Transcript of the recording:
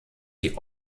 die